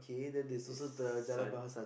there's son